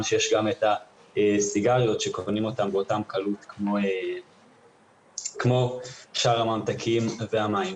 שיש את הסיגריות שקונים אותן באותה קלות כמו שאר הממתקים והמים.